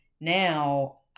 now